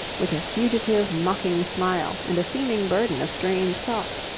with a fugitive mocking smile and a seeming burden of strange thought.